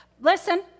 Listen